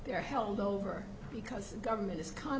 they're held over because the government is